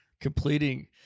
Completing